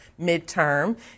midterm